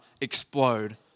explode